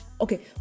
okay